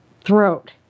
throat